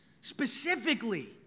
Specifically